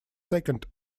second